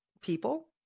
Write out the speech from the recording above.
people